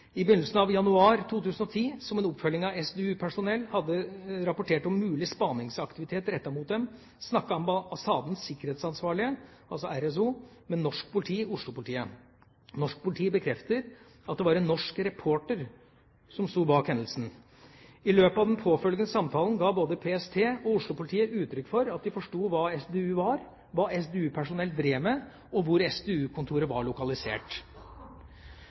I begynnelsen av januar 2010, som en oppfølging av at SDU-personell hadde rapportert om mulig spaningsaktivitet rettet mot dem, snakket ambassadens sikkerhetsansvarlige, altså RSO, med norsk politi/Oslo-politiet. Norsk politi bekreftet at det var en norsk reporter som sto bak hendelsen. I løpet av den påfølgende samtalen ga både PST og Oslo-politiet uttrykk for at de forsto hva SDU var, hva SDU-personell drev med og hvor SDU-kontoret var lokalisert.